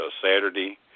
Saturday